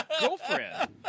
girlfriend